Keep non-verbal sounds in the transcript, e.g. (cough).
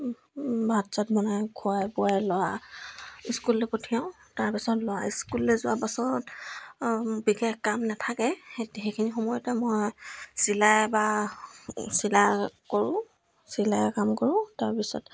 ভাত চাত বনাই খুৱাই বোৱাই ল'ৰা স্কুললৈ পঠিয়াওঁ তাৰপিছত ল'ৰা স্কুললৈ যোৱাৰ পাছত বিশেষ কাম নাথাকে (unintelligible) সেইখিনি সময়তে মই চিলাই বা চিলাই কৰোঁ চিলাই কাম কৰোঁ তাৰপিছত